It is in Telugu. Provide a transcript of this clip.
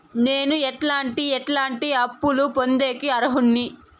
నేను ఎట్లాంటి ఎట్లాంటి అప్పులు పొందేకి అర్హుడిని?